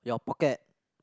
your pocket